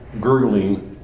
gurgling